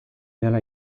dela